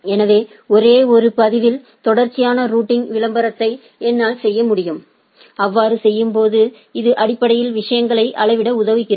எனவே ஒரே ஒரு பதிவில் தொடர்ச்சியான ரூட்டிங் விளம்பரத்தை என்னால் செய்ய முடியும் அவ்வாறு செய்யும்போது இது அடிப்படையில் விஷயங்களை அளவிட உதவுகிறது